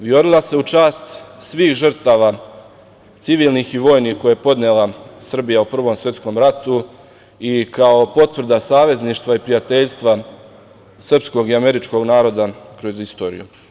Viorila se u čast svih žrtava civilnih i vojnih koji je podnela Srbija u Prvom svetskom ratu i kao potvrda savezništva i prijateljstva srpskog i američkog naroda kroz istoriju.